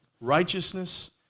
righteousness